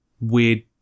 weird